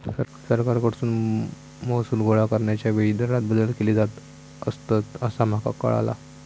सरकारकडसून महसूल गोळा करण्याच्या वेळी दरांत बदल केले जात असतंत, असा माका कळाला